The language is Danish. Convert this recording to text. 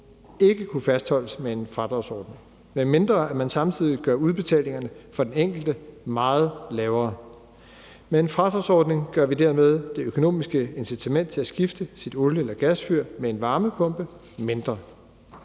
ikke kunne fastholdes med en fradragsordning, medmindre man samtidig gør udbetalingerne for den enkelte meget lavere. Med en fradragsordning gør vi dermed det økonomisk incitament til at udskifte sit olie- eller gasfyr med en varmepumpe mindre.